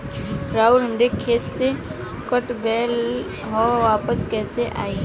आऊर हमरे खाते से कट गैल ह वापस कैसे आई?